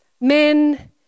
Men